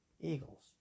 Eagles